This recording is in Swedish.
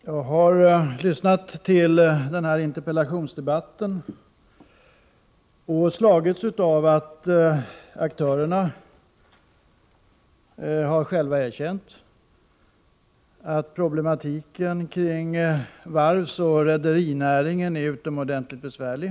Herr talman! När jag lyssnat till denna interpellationsdebatt har jag slagits av att aktörerna själva erkänt att problematiken kring varvsoch rederinäringen är utomordentligt besvärlig.